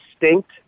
distinct